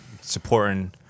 supporting